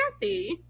Kathy